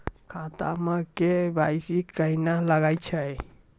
खाता मे के.वाई.सी कहिने लगय छै?